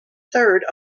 third